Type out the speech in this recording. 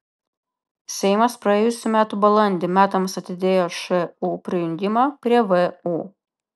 seimas praėjusių metų balandį metams atidėjo šu prijungimą prie vu